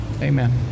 Amen